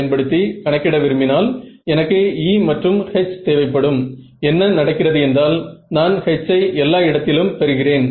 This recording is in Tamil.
என்ன மாதிரியான முடிவுகளை நான் இங்கே பெறுவேன்